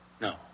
No